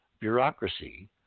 bureaucracy